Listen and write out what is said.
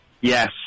Yes